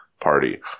party